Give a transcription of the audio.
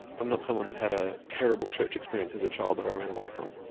i'm not someone that had a terrible church experience as a child that i ran away from.